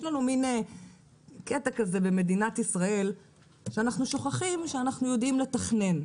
יש לנו מן קטע כזה במדינת ישראל שאנחנו שוכחים שאנחנו יודעים לתכנן.